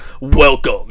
Welcome